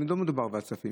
פה לא מעט תקציבים.